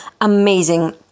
amazing